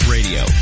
Radio